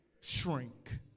shrink